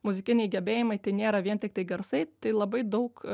muzikiniai gebėjimai tai nėra vien tiktai garsai tai labai daug